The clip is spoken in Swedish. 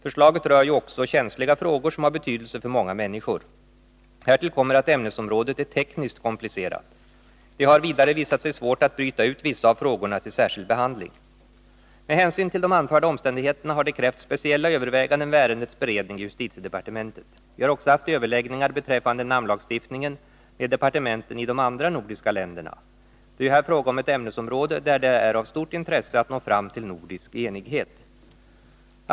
Förslaget rör ju också känsliga frågor, som har betydelse för många människor. Härtill kommer att ämnesområdet är tekniskt komplicerat. Det har vidare visat sig svårt att bryta ut vissa av frågorna till särskild behandling. Med hänsyn till de anförda omständigheterna har det krävts speciella överväganden vid ärendets beredning i justitiedepartementet. Vi har också haft överläggningar beträffande namnlagstiftningen med departementen i de andra nordiska länderna. Det är ju här fråga om ett ämnesområde där det är av stort intresse att nå fram till nordisk enighet.